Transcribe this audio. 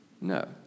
No